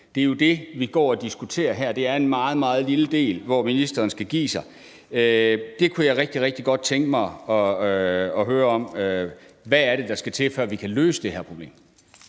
Det er jo det, vi går og diskuterer her. Det er en meget, meget lille del, som ministeren skal give sig på. Det kunne jeg rigtig, rigtig godt tænke mig at høre om. Hvad er det, der skal til, for at vi kan løse det her problem?